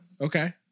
okay